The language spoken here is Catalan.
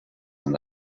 amb